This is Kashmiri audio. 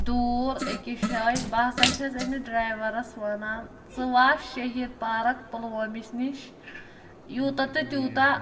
دوٗر أکِس جایہِ بہٕ ہَسا چھَس أمِس ڈریوَرس وَنان ژٕ وات شہیٖد پارَک پُلوٲمِس نِش یوٗتاہ تہٕ تیوٗتاہ